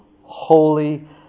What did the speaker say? holy